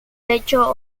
techo